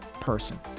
person